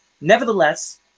nevertheless